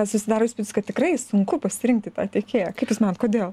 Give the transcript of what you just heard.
susidaro įspūdis kad tikrai sunku pasirinkti tą tiekėją kaip jūs manot kodėl